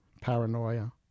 paranoia